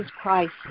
Christ